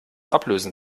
ablösen